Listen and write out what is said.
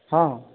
ହଁ